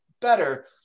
better